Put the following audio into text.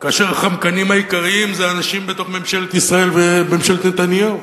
כאשר החמקנים העיקריים זה האנשים בתוך ממשלת ישראל וממשלת נתניהו,